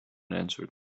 answered